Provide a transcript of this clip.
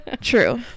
True